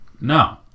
No